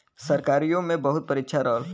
सरकारीओ मे बहुत परीक्षा रहल